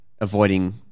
avoiding